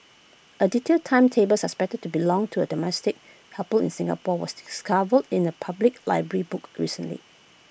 A detailed timetable suspected to belong to A domestic helper in Singapore was discovered in A public library book recently